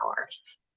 hours